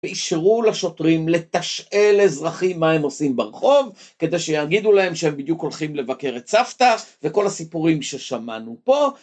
ואישרו לשוטרים לתשאל אזרחים מה הם עושים ברחוב, כדי שיגידו להם שהם בדיוק הולכים לבקר את סבתא, וכל הסיפורים ששמענו פה.